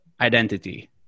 identity